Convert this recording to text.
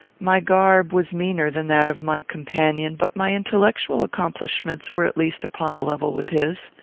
my garb was meaner than that of my companion, but my intellectual accomplishments were at least upon a level with his.